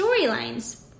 storylines